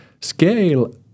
scale